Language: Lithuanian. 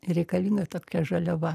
reikalinga tokia žaliava